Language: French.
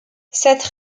cette